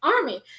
army